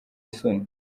isoni